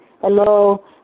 hello